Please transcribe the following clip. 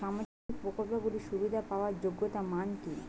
সামাজিক প্রকল্পগুলি সুবিধা পাওয়ার যোগ্যতা মান কি?